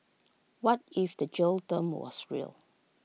what if the jail term was real